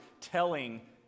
telling